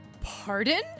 pardon